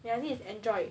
ya this is android